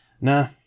nah